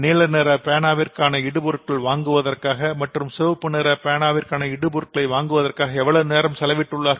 நீல நிற பேனாவிற்கான இடுபொருட்கள் வாங்குவதற்காக மற்றும் சிவப்பு நிற பேனாவிற்கான இடுபொருட்கள் வாங்குவதற்காக எவளவு நேரம் செலவிட்டு உள்ளார்கள்